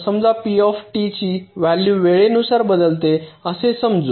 समजा P ची value वेळानुसार बदलते असे समजू